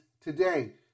today